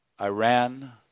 Iran